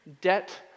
debt